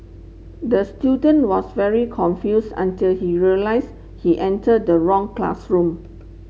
the student was very confused until he realized he entered the wrong classroom